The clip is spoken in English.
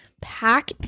pack